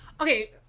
Okay